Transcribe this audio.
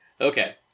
Okay